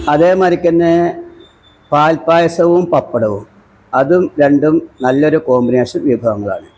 അതേമാതിരി തന്നെ പാല്പ്പായസവും പപ്പടവും അതും രണ്ടും നല്ല ഒരു കോമ്പിനേഷൻ വിഭവങ്ങളാണ്